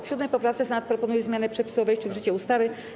W 7. poprawce Senat proponuje zmianę przepisu o wejściu w życie ustawy.